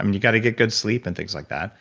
and you got to get good sleep and things like that.